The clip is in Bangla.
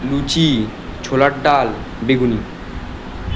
লুচি ছোলার ডাল বেগুনি